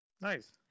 Nice